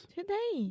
Today